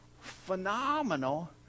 phenomenal